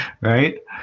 Right